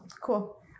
cool